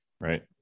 right